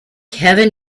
heaven